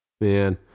Man